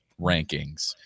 rankings